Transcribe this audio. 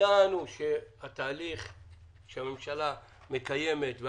ידענו שהתהליך שהממשלה מקיימת,